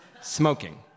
smoking